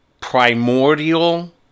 primordial